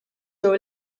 jew